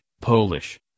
Polish